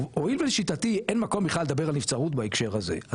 הואיל ולשיטתי אין מקום בכלל לדבר על נבצרות בהקשר הזה,